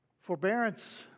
Forbearance